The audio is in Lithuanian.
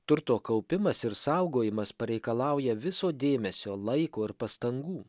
turto kaupimas ir saugojimas pareikalauja viso dėmesio laiko ir pastangų